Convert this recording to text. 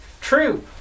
true